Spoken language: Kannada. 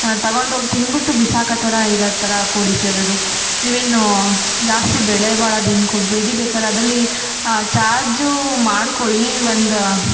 ನಾವು ತಗೊಂಡು ಹೋಗ್ ತಿಂದುಬಿಟ್ಟು ಬಿಸಾಕೋ ಥರ ಇರೋದು ಥರ ಕೊಡಿ ಸರ್ ಅದು ನೀವೇನು ಜಾಸ್ತಿ ಬೆಲೆ ಬಾಳೋದು ಏನು ಕೊಡಬೇಡಿ ಬೇಕಾದ್ರ್ ಅದರಲ್ಲಿ ಚಾರ್ಜು ಮಾಡಿಕೊಳ್ಳಿ ಒಂದು